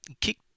kick